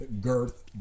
Girth